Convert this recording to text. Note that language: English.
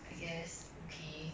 I guess okay